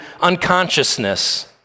unconsciousness